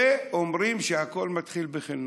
ואומרים שהכול מתחיל בחינוך.